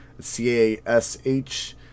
C-A-S-H